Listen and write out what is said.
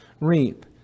reap